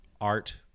art